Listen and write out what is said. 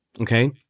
okay